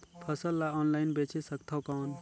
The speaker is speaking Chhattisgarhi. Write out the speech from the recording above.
फसल ला ऑनलाइन बेचे सकथव कौन?